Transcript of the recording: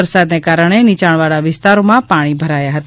વરસાદને કારણે નીયાણવાળા વિસ્તારોમાં પાણી ભરાયા હતા